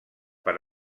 per